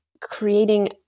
creating